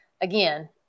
again